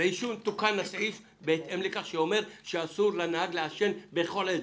עישון תוקן הסעיף בהתאם לכך והוא אומר שאסור לנהג לעשן בכל עת.